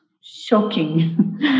shocking